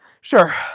Sure